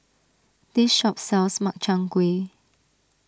this shop sells Makchang Gui